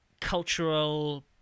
cultural